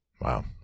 Wow